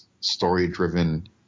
story-driven